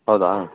ಹೌದಾ